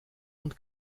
und